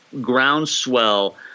groundswell